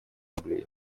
ассамблеи